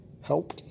Help